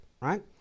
right